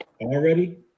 already